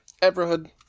Everhood